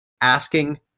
asking